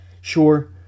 Sure